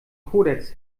kodex